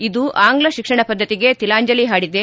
ಇದು ಆಂಗ್ಲ ಶಿಕ್ಷಣ ಪದ್ಧತಿಗೆ ತಿಲಾಂಜಲಿ ಹಾಡಿದೆ